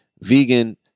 vegan